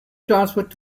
transferred